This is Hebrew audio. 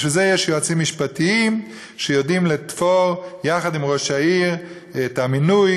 בשביל זה יש יועצים משפטיים שיודעים לתפור יחד עם ראש העיר את המינוי,